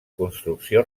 construcció